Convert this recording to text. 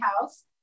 house